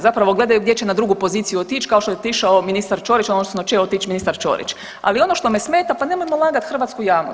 Zapravo gledaju gdje će na drugu poziciju otići kao što je otišao ministar Ćorić odnosno da će otići ministar Ćorić, ali ono što me smeta pa nemojmo lagati hrvatsku javnost.